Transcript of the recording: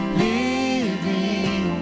living